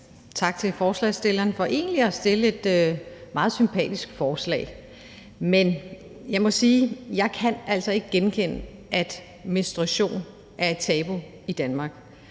tak til forslagsstillerne for egentlig at stille et meget sympatisk forslag. Men jeg må sige, at jeg altså ikke kan genkende, at menstruation er et tabu i Danmark.